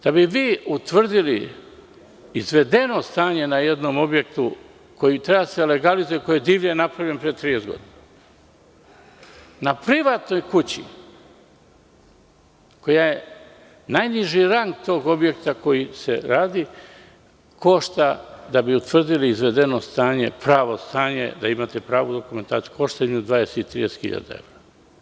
Da bi vi utvrdili izvedeno stanje na jednom objektu koji treba da se legalizuje i koji je divlje napravljen pre 30 godina, na privatnoj kući, koja je najniži rang tog objekta koji se radi, košta, da bi utvrdili izvedeno stanje, pravo stanje da imate pravu dokumentaciju, košta jedno 20, 30.000 evra.